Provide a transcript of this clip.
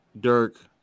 Dirk